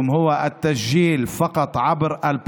מחר אתם תקבלו את התעודה.